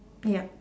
yup